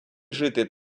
жити